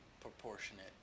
proportionate